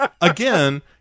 again